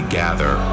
gather